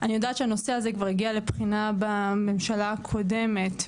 אני יודעת שהנושא הזה הגיע לבחינה בממשלה הקודמת,